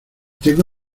tengo